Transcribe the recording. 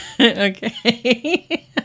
Okay